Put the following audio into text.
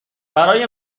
برای